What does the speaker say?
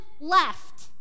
left